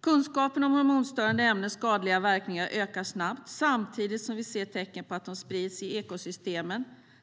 Kunskapen om hormonstörande ämnens skadliga verkningar ökar snabbt, samtidigt som vi ser tecken på att de sprids i ekosystemen.